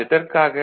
அது எதற்காக